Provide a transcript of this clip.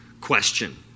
question